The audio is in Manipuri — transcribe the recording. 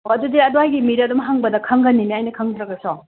ꯑꯣ ꯑꯗꯨꯗꯤ ꯑꯗ꯭ꯋꯥꯏꯒꯤ ꯃꯤꯗ ꯑꯗꯨꯝ ꯍꯪꯕꯗ ꯈꯪꯒꯅꯤꯅꯦ ꯑꯩꯅ ꯈꯪꯗ꯭ꯔꯒꯁꯨ